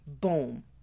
boom